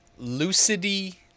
Lucidity